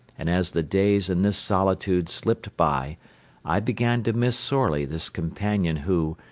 and as the days in this solitude slipped by i began to miss sorely this companion who,